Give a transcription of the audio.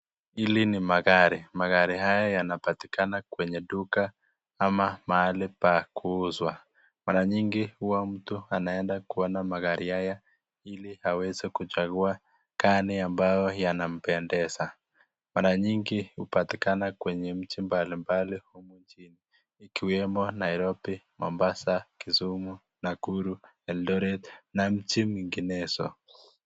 Hili ni magari. Magari haya yanapatikana kwenye duka ama mahali pa kuuzwa. Mara nyingi huwa mtu anaenda kuona magari haya ili aweze kuchagua gani ambayo yanampendeza. Mara nyingi hupatikana kwenye mji mbali mbali humu nchini ikiwemo Nairobi, Mombasa, Kisumu, Nakuru, Eldoret na mji nyenginezo.